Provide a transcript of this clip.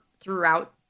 throughout